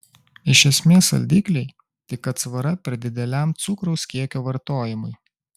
iš esmės saldikliai tik atsvara per dideliam cukraus kiekio vartojimui